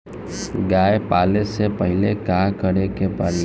गया पाले से पहिले का करे के पारी?